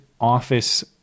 office